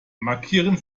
markieren